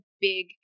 big